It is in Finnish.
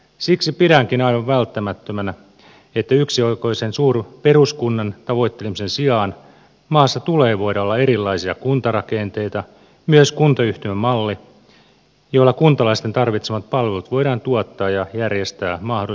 siksi pidänkin aivan välttämättömänä että yksioikoisen suurperuskunnan tavoittelemisen sijaan maassa tulee voida olla erilaisia kuntarakenteita myös kuntayhtymämalli joilla kuntalaisten tarvitsemat palvelut voidaan tuottaa ja järjestää mahdollisimman tehokkaasti